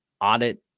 audit